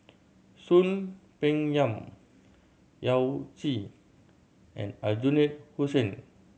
Soon Peng Yam Yao Zi and Aljunied Hussein